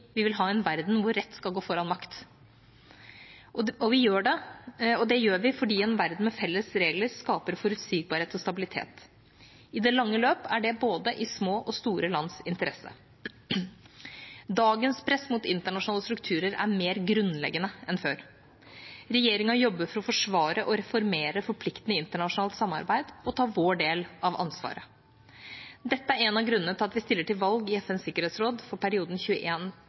vi vil ha en verden hvor rett skal gå foran makt. Vi gjør det fordi en verden med felles regler skaper forutsigbarhet og stabilitet. I det lange løp er det i både små og store lands interesse. Dagens press mot internasjonale strukturer er mer grunnleggende enn før. Regjeringa jobber for å forsvare og reformere forpliktende internasjonalt samarbeid og ta vår del av ansvaret. Dette er en av grunnene til at vi stiller til valg i FNs sikkerhetsråd for perioden